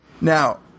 Now